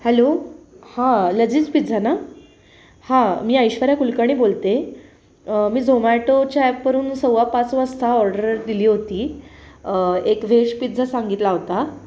hello हां Lazeez pizza ना हां मी ऐश्वर्या कुलकर्णी बोलते मी झोमॅटोच्या ॲपवरून सव्वा पाच वाजता ऑर्डर दिली होती एक व्हेज पिझ्झा सांगितला होता